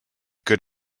good